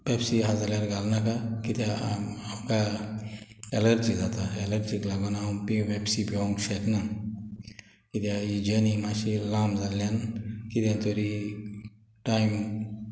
Pepsi आहा जाल्यार घालनाका किद्या आमकां एलर्जी जाता एलर्जीक लागून हांव पेप्सी पेंवक शेतना कित्या ही जर्नी मातशी लांब जाल्ल्यान किदें तोरी टायम